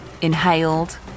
inhaled